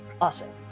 awesome